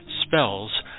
spells